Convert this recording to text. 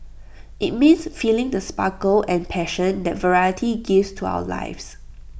IT means feeling the sparkle and passion that variety gives to our lives